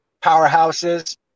powerhouses